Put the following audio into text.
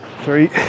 three